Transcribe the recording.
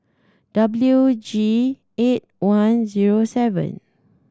W G eight one zero seven